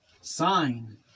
sign